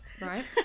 right